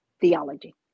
theology